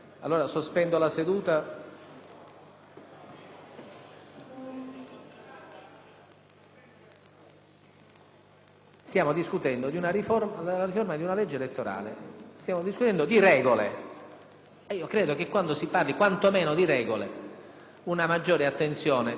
Stiamo discutendo della riforma di una legge elettorale; stiamo discutendo di regole e credo che quantomeno quando si parla di regole una maggiore attenzione dovrebbe essere meritata da parte di tutti noi. SBARBATI *(PD)*. La ringrazio per la sua fine cortesia, Presidente.